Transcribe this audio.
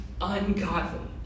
ungodly